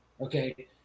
Okay